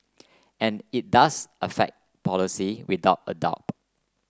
and it does affect policy without a doubt